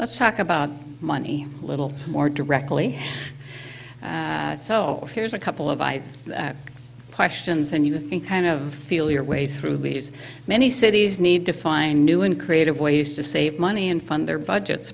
let's talk about money a little more directly self here's a couple of questions and you think kind of feel your way through these many cities need to find new and creative ways to save money and fund their budgets